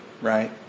right